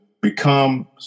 become